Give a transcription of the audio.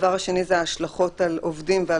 הדבר השני זה השלכות על עובדים ועל